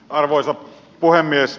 arvoisa puhemies